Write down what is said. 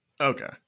okay